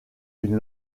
une